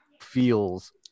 feels